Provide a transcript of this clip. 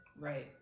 Right